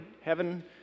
heaven